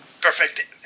perfect